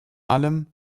allem